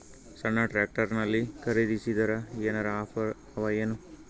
ಸಣ್ಣ ಟ್ರ್ಯಾಕ್ಟರ್ನಲ್ಲಿನ ಖರದಿಸಿದರ ಏನರ ಆಫರ್ ಗಳು ಅವಾಯೇನು?